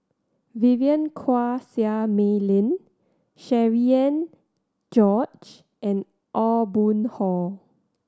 Vivien Quahe Seah Mei Lin Cherian George and Aw Boon Haw